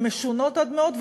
הן משונות עד מאוד,